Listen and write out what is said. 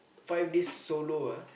five days solo ah